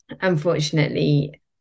unfortunately